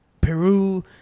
Peru